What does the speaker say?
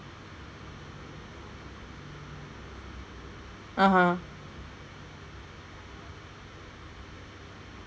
(uh huh)